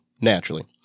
naturally